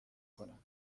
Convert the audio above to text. کنم